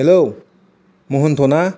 hello Mahanta ना